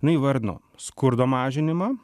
jinai įvardino skurdo mažinimą